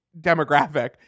demographic